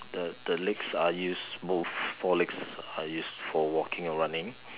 the the legs are used both four legs are used for walking or running